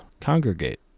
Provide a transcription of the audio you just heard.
congregate